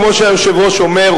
כמו שהיושב-ראש אומר,